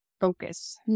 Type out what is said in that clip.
focus